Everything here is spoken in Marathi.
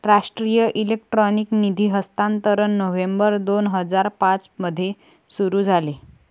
राष्ट्रीय इलेक्ट्रॉनिक निधी हस्तांतरण नोव्हेंबर दोन हजार पाँच मध्ये सुरू झाले